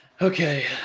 Okay